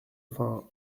vingt